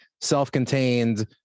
self-contained